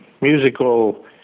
musical